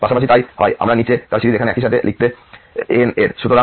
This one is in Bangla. পাশাপাশি তাই হয় আমরা নিচে তার সিরিজ এখানে এইসাথে লিখতে ans এর